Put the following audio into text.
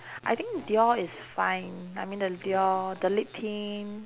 I think dior is fine I mean the dior the lip tint